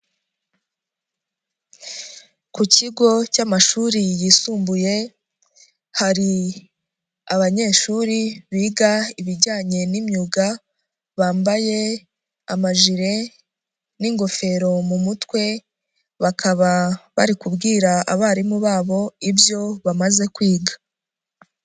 Ku kigo cy'amashuri yisumbuye, hari, abanyeshuri biga ibijyanye n'imyuga, bambaye amajire, n' ingofero mu mutwe, bakaba bari kubwira abarimu babo ibyo bamaze kwiga.